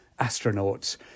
astronauts